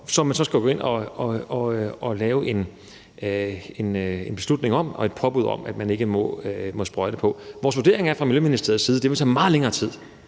så skal gå ind og lave en beslutning om og et påbud om at man ikke må sprøjte på. Vores vurdering fra Miljøministeriets side